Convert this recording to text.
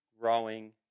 growing